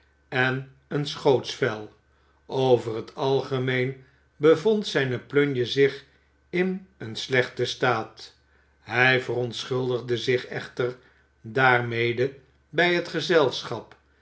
en een schootsvel over het algemeen bevond zijne plunje zich in een slechten staat hij verontschuldigde zich echter daarmede bij het gezelschap